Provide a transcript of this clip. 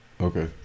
Okay